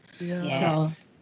yes